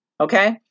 Okay